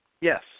Yes